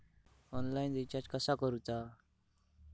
Online recharge कसा करूचा?